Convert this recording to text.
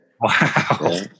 Wow